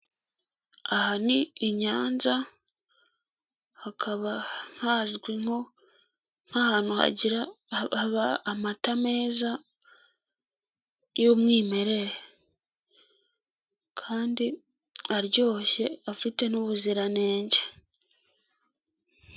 Aha ni i Nyanza hakaba hazwi nk'ahantu hagira amata meza y'umwimerere, kandi aryoshye afite n'ubuziranenge.